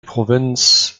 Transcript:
provinz